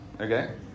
Okay